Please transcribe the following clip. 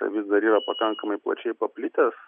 tai visa dar yra pakankamai plačiai paplitęs